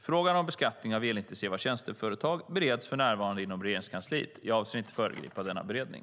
Frågan om beskattningen av elintensiva tjänsteföretag bereds för närvarande inom Regeringskansliet. Jag avser inte att föregripa denna beredning.